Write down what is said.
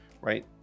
right